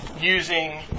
using